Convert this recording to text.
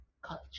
culture